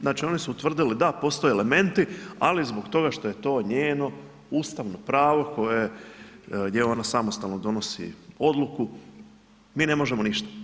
Znači oni su utvrdili da postoje elementi, ali zbog toga što je to njeno ustavno pravno koje, gdje ona samostalno donosi odluku mi ne možemo ništa.